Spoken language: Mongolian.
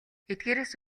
эдгээрээс